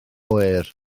oer